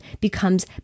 becomes